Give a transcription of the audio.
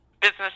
business